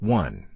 one